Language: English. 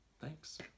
Thanks